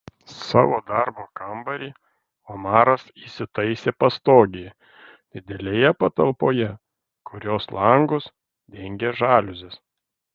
savo darbo kambarį omaras įsitaisė pastogėje didelėje patalpoje kurios langus dengė žaliuzės